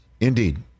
indeed